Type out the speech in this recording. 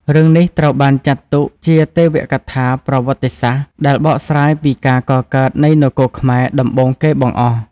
រឿងនេះត្រូវបានចាត់ទុកជាទេវកថាប្រវត្តិសាស្ត្រដែលបកស្រាយពីការកកើតនៃនគរខ្មែរដំបូងគេបង្អស់។